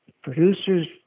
Producers